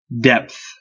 Depth